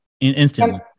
instantly